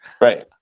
Right